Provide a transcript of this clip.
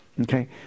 okay